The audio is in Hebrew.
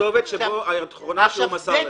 הכתובת האחרונה שהוא מסר לך.